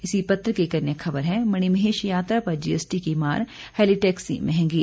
इसी पत्र की एक अन्य खबर है मणिमहेश यात्रा पर जीएसटी की मार हैलीटैक्सी महंगी